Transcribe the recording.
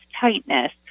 tightness